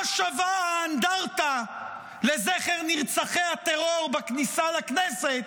מה שווה האנדרטה לזכר נרצחי הטרור בכניסה לכנסת,